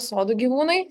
sodų gyvūnai